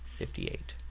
fifty eight.